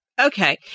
Okay